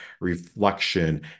reflection